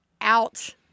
out